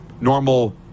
normal